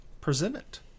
present